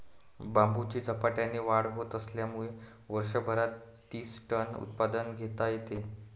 बांबूची झपाट्याने वाढ होत असल्यामुळे वर्षभरात तीस टन उत्पादन घेता येते